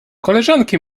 koleżanki